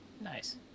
Nice